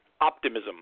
optimism